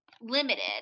limited